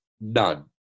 None